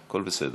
הכול בסדר.